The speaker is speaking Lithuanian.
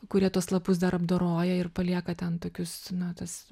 kurie tuos lapus dar apdoroja ir palieka ten tokius na tas